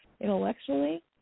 intellectually